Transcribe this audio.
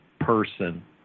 person